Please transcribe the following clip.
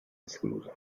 esclusa